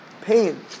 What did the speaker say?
pain